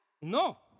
no